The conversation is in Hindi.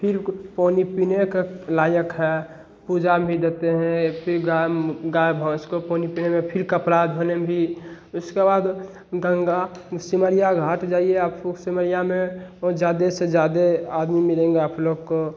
फ़िर कूट पानी पीने कक लायक है पूजा में भी देते हैं फ़िर गाय गाय भैंस को पानी पीने में फ़िर कपड़ा धोने में भी उसके बाद गंगा सिमरिया घाट जाइए आप फूब सिमरिया में और ज़्यादा से ज़्यादा आदमी मिलेंगे आप लोग को